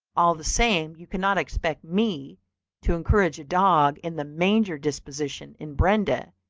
all the same you cannot expect me to encourage a dog-in-the-manger disposition in brenda,